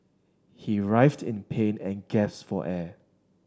he writhed in pain and gasped for air